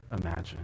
imagine